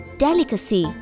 delicacy